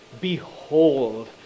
Behold